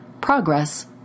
Progress